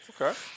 okay